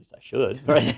so should, right?